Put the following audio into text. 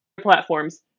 platforms